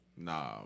Nah